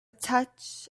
touch